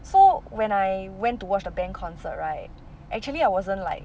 so when I went to watch the band concert right actually I wasn't like